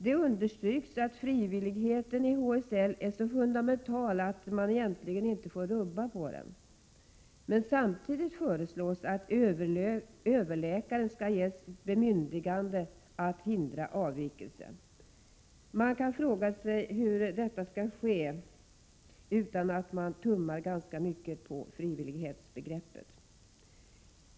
Det understryks att frivilligheten i HSL är så fundamental att man egentligen inte får rubba på den. Men samtidigt föreslås att överläkare skall ges bemyndigande att hindra avvikelser. Man kan fråga sig hur detta skall kunna ske utan att man tummar ganska mycket på frivillighetsbegreppet.